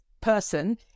person